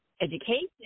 education